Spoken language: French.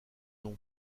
nom